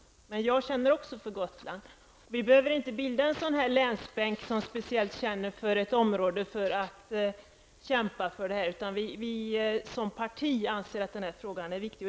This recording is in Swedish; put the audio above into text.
Men också jag känner för Gotland. Vi behöver inte bilda en sådan här länsbänk som speciellt känner för ett område för att kämpa för det. Som parti anser vi att den här frågan är viktig.